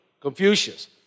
Confucius